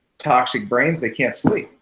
toxic brains, they can't sleep,